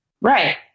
Right